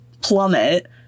plummet